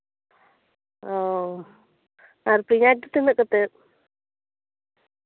ᱚ ᱯᱮᱸᱭᱟᱡ ᱫᱚ ᱛᱤᱱᱟᱹᱜ ᱠᱟᱛᱮᱜ